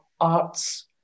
arts